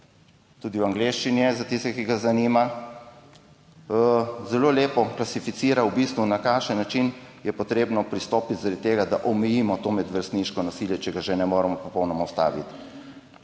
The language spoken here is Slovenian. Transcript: tudi v angleščini je za tistega, ki ga zanima. Zelo lepo klasificira v bistvu, na kakšen način je potrebno pristopiti, zaradi tega, da omejimo to medvrstniško nasilje, če ga že ne moremo popolnoma ustaviti.